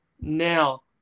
Now